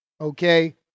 okay